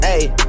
Ayy